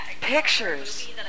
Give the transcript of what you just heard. Pictures